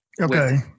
Okay